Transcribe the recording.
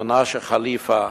מנשה כליפא,